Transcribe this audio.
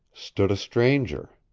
stood a stranger.